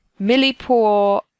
millipore